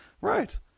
right